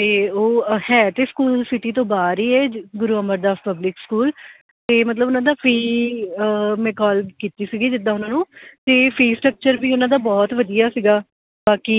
ਅਤੇ ਉਹ ਹੈ ਅਤੇ ਸਕੂਲ ਸਿਟੀ ਤੋਂ ਬਾਹਰ ਹੀ ਹੈ ਗੁਰੂ ਅਮਰਦਾਸ ਪਬਲਿਕ ਸਕੂਲ ਅਤੇ ਮਤਲਬ ਉਹਨਾਂ ਦਾ ਫੀ ਮੈਂ ਕੋਲ ਕੀਤੀ ਸੀਗੀ ਜਿੱਦਾਂ ਉਹਨਾਂ ਨੂੰ ਅਤੇ ਫੀਸ ਸਟਰਕਚਰ ਵੀ ਉਹਨਾਂ ਦਾ ਬਹੁਤ ਵਧੀਆ ਸੀਗਾ ਬਾਕੀ